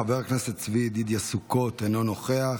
חבר הכנסת צבי ידידיה סוכות, אינו נוכח,